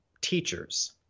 teachers